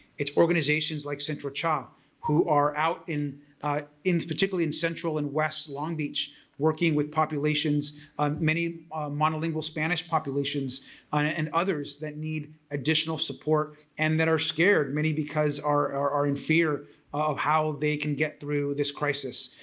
it's organizations like central cha um who are out in in particularly in central and west long beach working with populations um many monolingual spanish populations and others that need additional support and that are scared many because are are in fear of how they can get through this crisis.